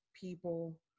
people